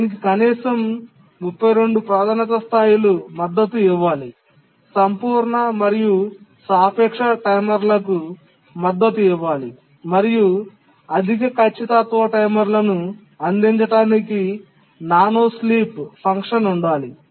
దీనికి కనీసం 32 ప్రాధాన్యత స్థాయిలు మద్దతు ఇవ్వాలి సంపూర్ణ మరియు సాపేక్ష టైమర్లకు మద్దతు ఇవ్వాలి మరియు అధిక ఖచ్చితత్వ టైమర్లను అందించడానికి నానోస్లీప్ ఫంక్షన్ ఉండాలి